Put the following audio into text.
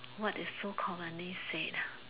what is so commonly said